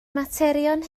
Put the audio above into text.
materion